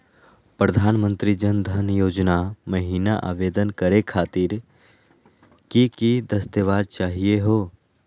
प्रधानमंत्री जन धन योजना महिना आवेदन करे खातीर कि कि दस्तावेज चाहीयो हो?